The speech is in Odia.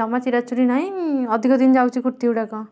ଜମା ଚିରାଚୁରି ନାହିଁ ଅଧିକ ଦିନ ଯାଉଛି କୁର୍ତ୍ତୀ ଗୁଡ଼ାକ